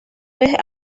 vez